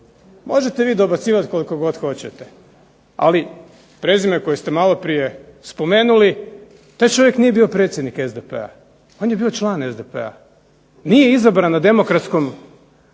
Možete vi dobacivati koliko god hoćete, ali prezime koje ste maloprije spomenuli, taj čovjek nije bio predsjednik SDP-a, on je bio član SDP-a, nije izabran na demokratskom